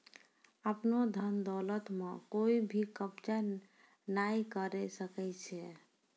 आपनो धन दौलत म कोइ भी कब्ज़ा नाय करै सकै छै